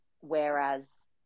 Whereas